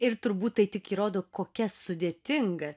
ir turbūt tai tik įrodo kokia sudėtinga